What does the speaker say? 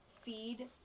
feed